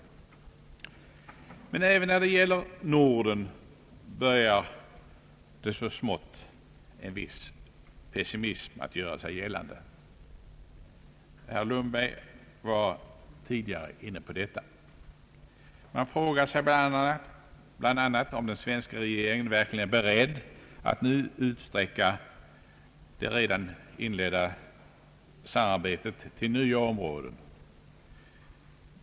Men även då det gäller Norden börjar en viss pessimism så smått att göra sig gällande; herr Lundberg var tidigare inne på detta. Man frågar sig bl.a. om den svenska regeringen verkligen är beredd att nu utsträcka det redan inledda samarbetet till nya områden.